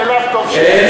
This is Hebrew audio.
המובן מאליו, טוב שייאמר.